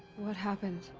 what happened.